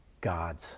God's